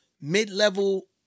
mid-level